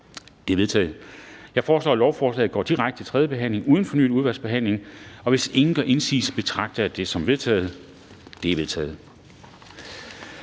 De er vedtaget. Jeg foreslår, at lovforslaget går direkte til tredje behandling uden fornyet udvalgsbehandling. Hvis ingen gør indsigelse, betragter jeg det som vedtaget. Det er vedtaget.